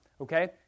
Okay